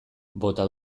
bota